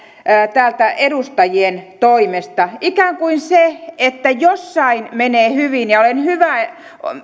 täältä edustajien toimesta ikään kuin se että jossain menee hyvin